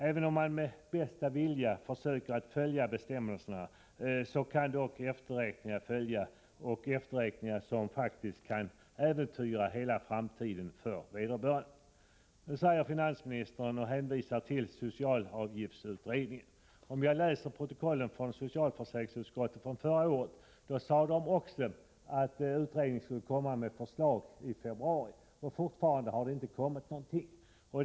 Även om man med bästa vilja försöker följa bestämmelserna, kan efterräkningar följa — efterräkningar som faktiskt kan äventyra hela framtiden för vederbörande. Finansministern hänvisar till socialavgiftsutredningen. Men socialförsäkringsutskottet uttalade förra året att den aktuella utredningen skulle komma med förslag i februari. Fortfarande har det dock inte kommit något förslag.